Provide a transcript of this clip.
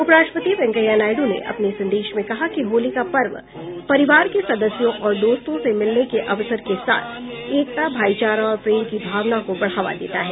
उपराष्ट्रपति वेंकैया नायडू ने अपने संदेश में कहा कि होली का पर्व परिवार के सदस्यों और दोस्तों से मिलने के अवसर के साथ एकता भाईचारा और प्रेम की भावना को बढ़ावा देता है